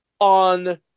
on